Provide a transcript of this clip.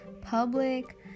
public